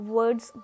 Words